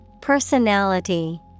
personality